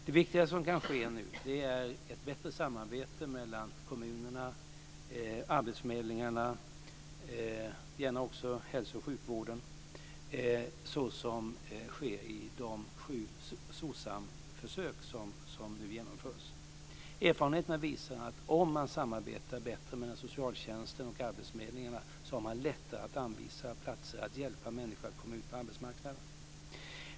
Det viktigaste som kan ske nu är ett bättre samarbete mellan kommunerna, arbetsförmedlingarna och gärna också hälso och sjukvården såsom sker i de sju SOCSAM-försök som nu genomförs. Erfarenheterna visar att om man samarbetar bättre mellan socialtjänsten och arbetsförmedlingarna har man lättare att anvisa platser och hjälpa människor att komma ut på arbetsmarknaden.